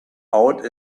out